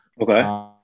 Okay